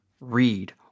read